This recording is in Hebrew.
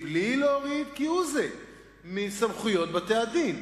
בלי להוריד כהוא זה מסמכויות בית-הדין.